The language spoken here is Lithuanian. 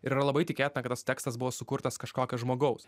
ir yra labai tikėtina kad tas tekstas buvo sukurtas kažkokio žmogaus